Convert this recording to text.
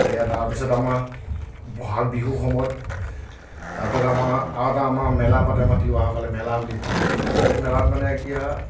তাতে তাৰপিছত আমাৰ বহাগ বিহুৰ সময়ত তাত এটা আমাৰ আৰু এটা আমাৰ মেলাৰ পাতে আমাৰ তিৱাসকলে মেলা বুলি কয় তাতে সেইটো মেলাত মানে কি আৰু